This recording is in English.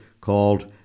called